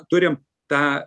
turim tą